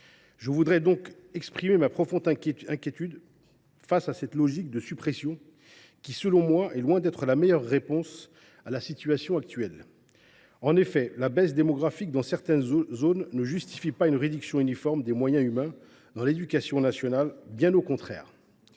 J’exprime donc ma profonde inquiétude face à cette logique de suppression : elle est loin selon moi d’être la meilleure réponse à la situation actuelle. La baisse démographique dans certaines zones ne justifie pas une réduction uniforme des moyens humains dans l’éducation nationale, bien au contraire.